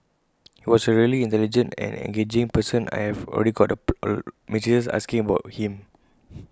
he was A really intelligent and engaging person and I've already got A lot of messages asking about him